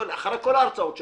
אחרי כל ההרצאות שלכם,